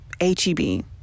H-E-B